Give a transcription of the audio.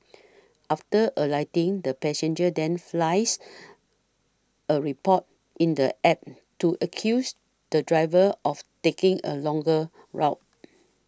after alighting the passenger then flies a report in the App to accuse the driver of taking a longer route